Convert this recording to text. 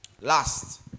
Last